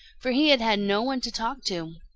for he had had no one to talk to.